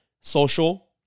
social